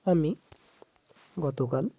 আমি গতকাল